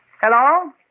Hello